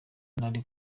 nari